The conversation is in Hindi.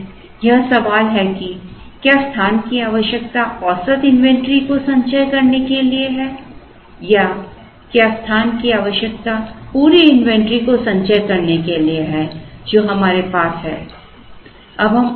इसलिए यह सवाल है कि क्या स्थान की आवश्यकता औसत इन्वेंट्री को संचय करने के लिए है या क्या स्थान की आवश्यकता पूरी इन्वेंट्री को संचय करने के लिए है जो हमारे पास है